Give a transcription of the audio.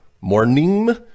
morning